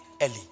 Ellie